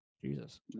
Jesus